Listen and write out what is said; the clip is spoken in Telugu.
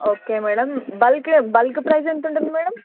ఓకే మ్యాడమ్ బల్క్లో బల్క్ ప్రైజ్ ఎంత ఉంటుంది మ్యాడమ్